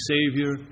Savior